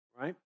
right